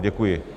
Děkuji.